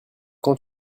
quand